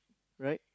right